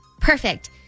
Perfect